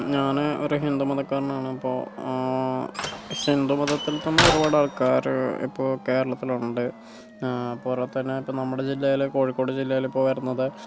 ഞാന് ഒരു ഹിന്ദു മതക്കാരനാണ് അപ്പോൾ ഹിന്ദു മതത്തിൽത്തന്നെ ഒരുപാട് ആൾക്കാര് ഇപ്പോൾ കേരളത്തിലുണ്ട് പോരാത്തതിന് ഇപ്പോൾ നമ്മുടെ ജില്ലേല് കോഴിക്കോട് ജില്ലയിലിപ്പോൾ വരുന്നത്